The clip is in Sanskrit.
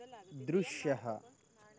दृश्यः